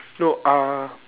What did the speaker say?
no uh